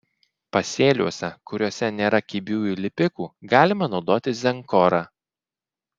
pasėliuose kuriuose nėra kibiųjų lipikų galima naudoti zenkorą